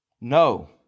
No